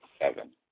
seven